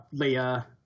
Leia